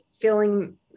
feeling